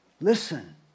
Listen